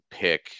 pick